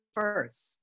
first